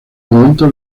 momento